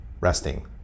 resting